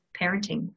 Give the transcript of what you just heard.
parenting